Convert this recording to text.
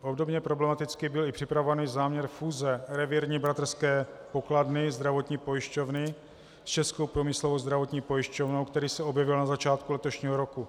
Obdobně problematický byl i připravovaný záměr fúze Revírní bratrské pokladny, zdravotní pojišťovny, s Českou průmyslovou zdravotní pojišťovnou, který se objevil na začátku letošního roku.